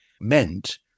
meant